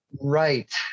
Right